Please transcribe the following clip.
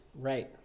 right